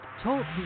talk